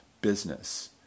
business